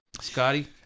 Scotty